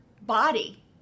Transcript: body